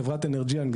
חברת אנרג'יאן,